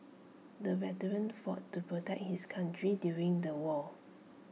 the veteran fought to protect his country during the war